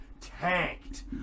tanked